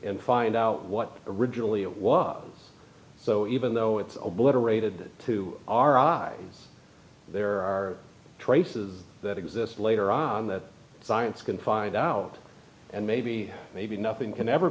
and find out what originally it was so even though it's obliterated to our eyes there are traces that exist later on that science can find out and maybe maybe nothing can ever